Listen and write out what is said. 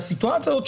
הסיטואציה הזו,